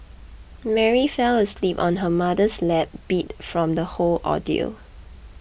Mary fell asleep on her mother's lap beat from the whole ordeal